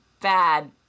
bad